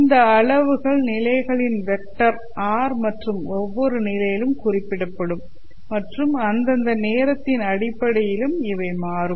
இந்த அளவுகள் நிலைகளின் வெக்டர் r' மற்றும் ஒவ்வொரு நிலையிலும்குறிப்பிடப்படும் மற்றும் அந்தந்த நேரத்தின் அடிப்படையிலும் இவை மாறும்